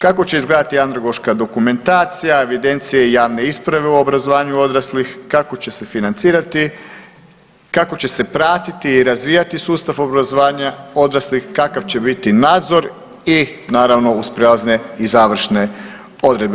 Kako će izgledati andragoška dokumentacija, evidencije i javne isprave u obrazovanju odraslih, kako će financirati, kako će se pratiti i razvijati sustav obrazovanja odraslih, kakav će biti nadzor i naravno uz prijelazne i završne odredbe.